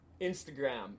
Instagram